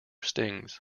stings